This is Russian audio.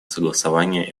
согласование